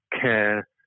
care